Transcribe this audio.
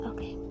Okay